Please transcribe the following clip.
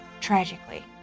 tragically